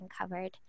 covered